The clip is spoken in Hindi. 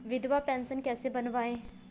विधवा पेंशन कैसे बनवायें?